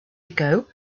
ago